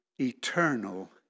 eternal